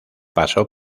pasó